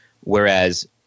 whereas